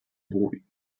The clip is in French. brouille